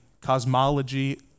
cosmology